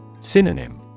Synonym